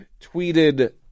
tweeted